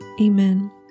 Amen